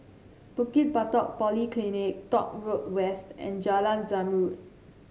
Bukit Batok Polyclinic Dock Road West and Jalan Zamrud